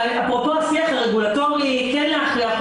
אפרופו השיח הרגולטורי כן להכריח,